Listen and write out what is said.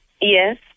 Yes